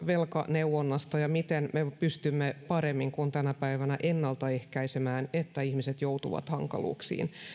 velkaneuvonnasta ja siitä miten me me pystymme paremmin kuin tänä päivänä ennaltaehkäisemään sen että ihmiset joutuvat hankaluuksiin